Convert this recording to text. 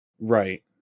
Right